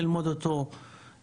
ללמוד אותו מחדש,